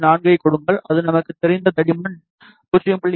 4 ஐக் கொடுங்கள் அது நமக்குத் தெரிந்த தடிமன் 0